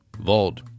Vault